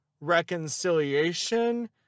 reconciliation